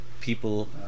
People